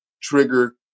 trigger